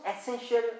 essential